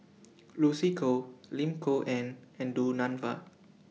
Lucy Koh Lim Kok Ann and Du Nanfa